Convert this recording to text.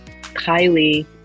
Kylie